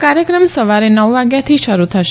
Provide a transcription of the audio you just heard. આ કાર્યક્રમ સવારે નવ વાગ્યા થી શરૂ થશે